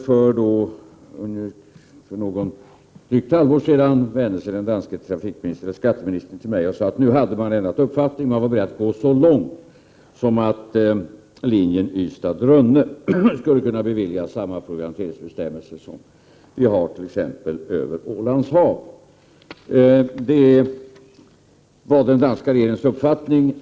För drygt ett halvår sedan vände sig emellertid den danske skatteministern till mig och sade att man nu hade ändrat uppfattning och var beredd att gå så långt som att linjen Ystad-Rönne skulle kunna beviljas samma provianteringsbestämmelser som vi t.ex. har på linjer över Ålands hav. Det är den danska regeringens uppfattning.